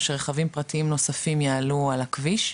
או שרכבים פרטיים נוספים יעלו על הכביש,